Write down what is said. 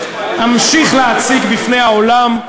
אני אמשיך להציג בפני העולם,